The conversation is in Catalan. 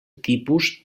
tipus